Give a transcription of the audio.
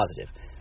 positive